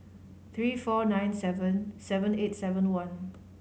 three four nine seven seven eight seven one